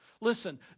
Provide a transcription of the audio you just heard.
Listen